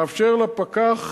מאפשר לפקח